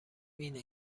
اینه